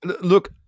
Look